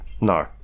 no